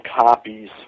copies